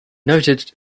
noted